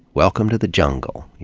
welcome to the jungle, he